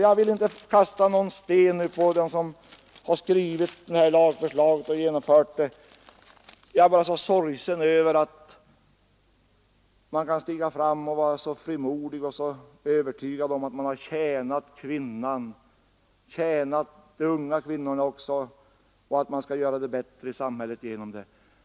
Jag vill inte kasta någon sten på den som har skrivit lagförslaget och vill genomföra det. Jag är bara så sorgsen över att man kan vara så frimodig och övertygad om att man har tjänat kvinnan och att man skall göra det bättre i samhället genom den här lagen.